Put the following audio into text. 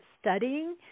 studying